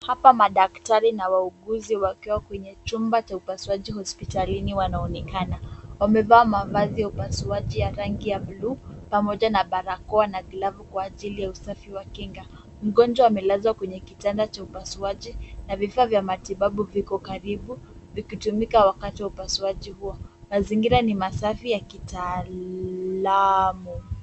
Hapa madaktari na wauguzi wengi wakiwa kwenye chumba cha upasuaji hospitalini wanaonekana. Wamevaa mavazi ya upasuaji ya rangi ya bluu pamoja na barakoa na glavu kwa ajili ya usafi wa kinga. Mgonjwa amelazwa kwenye kitanda cha upasuaji na vifaa vya matibabu viko karibu vikitumika wakati wa upasuaji huo. Mazingira ni masafi ya kitaalamu.